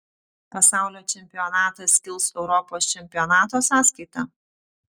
pasaulio čempionatas kils europos čempionato sąskaita